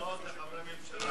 לחברי ממשלה,